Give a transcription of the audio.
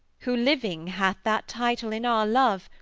who living have that title in our love,